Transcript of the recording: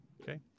Okay